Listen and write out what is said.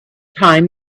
time